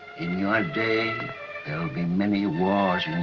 in your day, there will be many wars